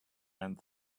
and